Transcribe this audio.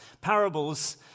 parables